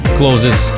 closes